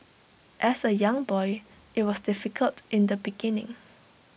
as A young boy IT was difficult in the beginning